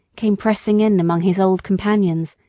came pressing in among his old companions,